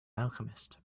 alchemist